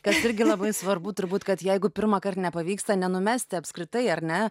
kas irgi labai svarbu turbūt kad jeigu pirmąkart nepavyksta nenumesti apskritai ar ne